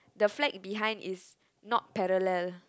the flag behind is not parallel